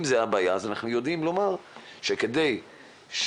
אם זו הבעיה אז אנחנו יודעים לומר שכדי שיוכלו